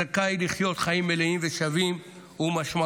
זכאי לחיות חיים מלאים ושווים ומשמעותיים.